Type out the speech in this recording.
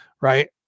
right